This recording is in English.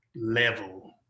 level